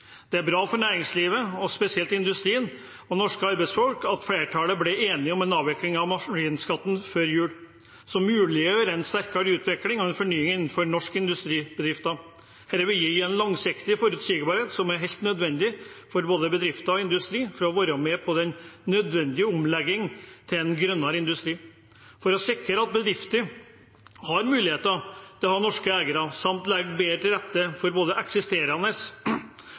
Det er bra for næringslivet, og spesielt for industrien og norske arbeidsfolk, at flertallet ble enige om en avvikling av maskinskatten før jul, noe som muliggjør en sterkere utvikling og fornying innen norske industribedrifter. Dette vil gi en langsiktig forutsigbarhet som er helt nødvendig for både bedrifter og industri for å være med på den nødvendige omleggingen til en grønnere industri. For å sikre at bedrifter har mulighet til å ha norske eiere, samt å legge bedre til rette for både eksisterende